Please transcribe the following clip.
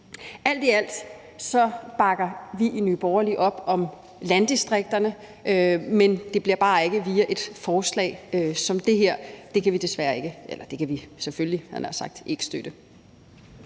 Alt i alt bakker vi i Nye Borgerlige op om landdistrikterne, men det bliver bare ikke via et forslag som det her – det kan vi selvfølgelig ikke støtte.